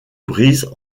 brise